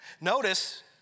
Notice